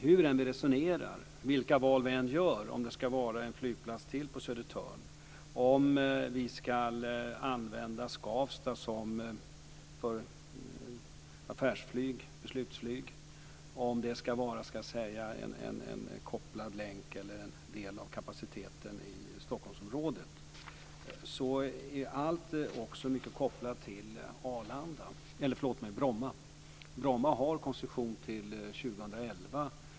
Hur vi än resonerar och vilka val vi än gör - om det ska vara en flygplats till på Södertörn, om vi ska använda Skavsta för affärsflyg, beslutsflyg, om det ska vara en kopplad länk eller en del av kapaciteten i Stockholmsområdet - är allt också mycket kopplat till Bromma. Bromma har koncession till år 2011.